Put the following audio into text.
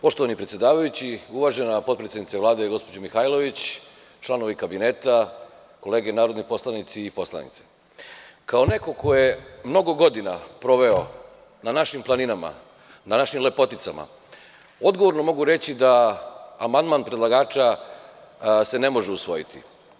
Poštovani predsedavajući, uvažena potpredsednice Vlade gospođo Mihajlović, članovi Kabineta, kolege narodni poslanici i poslanice, kao neko ko je mnogo godina proveo na našim planinama, na našim lepoticama, odgovorno mogu reći da amandman predlagača se ne može usvojiti.